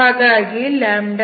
ಹಾಗಾಗಿ 12